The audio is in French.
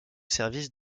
service